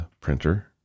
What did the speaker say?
printer